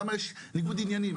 למה יש ניגוד עניינים?